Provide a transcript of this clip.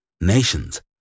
nations